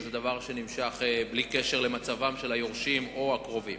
וזה דבר שנמשך בלי קשר למצבם של היורשים או הקרובים.